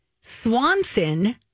Swanson